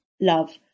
love